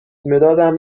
مدادم